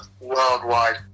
worldwide